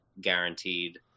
guaranteed